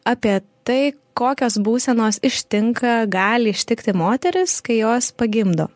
apie tai kokios būsenos ištinka gali ištikti moteris kai jos pagimdo